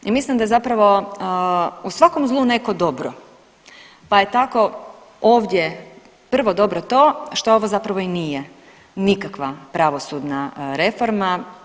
I mislim da zapravo u svakom zlu neko dobro, pa je tako ovdje prvo dobro to što ovo zapravo i nije nikakva pravosudna reforma.